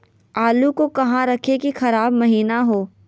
आलू को कहां रखे की खराब महिना हो?